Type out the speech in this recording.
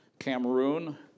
Cameroon